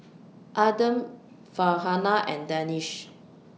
Adam Farhanah and Danish